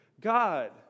God